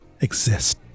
exist